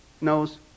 knows